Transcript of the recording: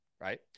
right